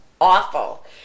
awful